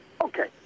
Okay